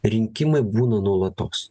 rinkimai būna nuolatos